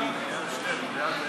ולברך את חברת הכנסת פנינה תמנו-שטה.